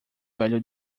velho